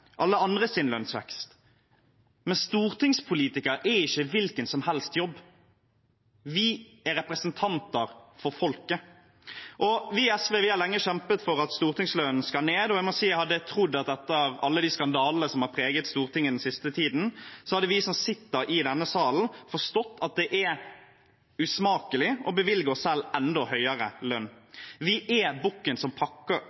lønnsvekst. Men stortingspolitikere har ikke en hvilken som helst jobb. Vi er representanter for folket. Vi i SV har lenge kjempet for at stortingslønnen skal ned, og jeg må si jeg hadde trodd at etter alle de skandalene som har preget Stortinget den siste tiden, hadde vi som sitter i denne salen, forstått at det er usmakelig å bevilge oss selv enda høyere